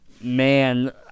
Man